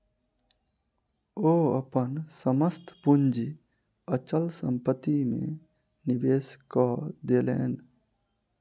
ओ अपन समस्त पूंजी अचल संपत्ति में निवेश कय देलैन